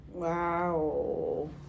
wow